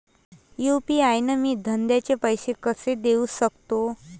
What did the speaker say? UPI न मी धंद्याचे पैसे कसे देऊ सकतो?